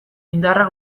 indarra